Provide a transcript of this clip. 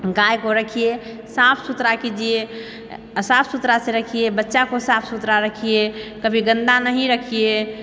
गाय को रखिए साफ सुथरा कीजिए साफ सुथरा से रखिए बच्चा को साफ सुथरा रखिए कभी गंदा नहीं रखिए